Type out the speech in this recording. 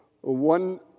one